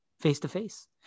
face-to-face